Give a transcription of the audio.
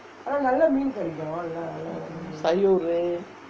sayur uh